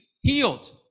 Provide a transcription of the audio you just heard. healed